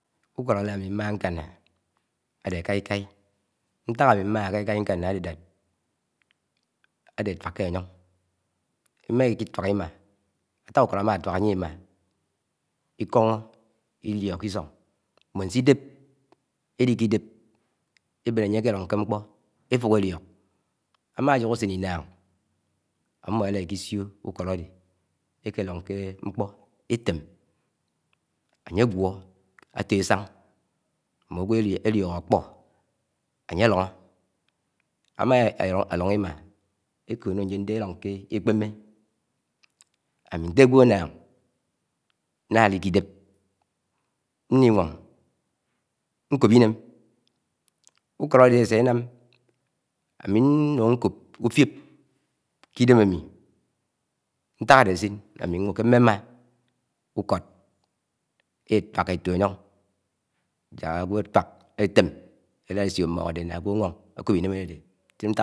Úk̄o̱d álá āmi m̄máhá nkáná āde k̃aikai, ñtak āmi m̃máhá ākáikái ñkana áde ke ánye áde ntuak ké áyon Ém̱á íkituák ímá, átá úkod ama atuak añye Ima, Ikoho Iliok ke Isong. mbón sé Idép éliki dep, ebén ánye ékélon ké mkpo, efúk élio̱k ámá ajóhó úsen Inán ámmo élá ékisio úkod áde ekelón ké okpó étém ánye agúo̱ a̱to̱ esáh m̱m̱e āgwo̱ eliok akpor anye álọhọ ama aloho̱ Ima ekono nyen de élon ké ekpémé ami nté ágwo̱ ānnáng, náli kidép nliwon ñkóp ínem. ukod ade áse ánám ámi nún kóp úfúop ke īdem āmi ṉták áde ásin ami nwo ke. m̃me mma ukod etuaka eto āyōng ỹak agwo ētúák ētem ēlad ésin m̃m̱oṉ áde Iák āgwo̱ āwo̱ṉ.